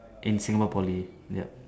in Singapore Poly ya